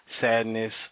sadness